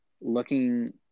looking